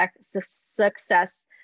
success